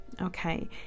okay